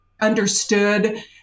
Understood